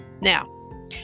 Now